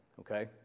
Okay